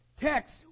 text